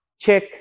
check